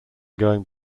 going